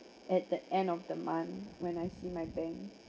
at the end of the month when I see my bank